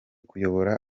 kuyobora